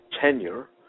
tenure